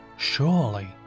Surely